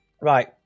right